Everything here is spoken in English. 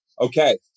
okay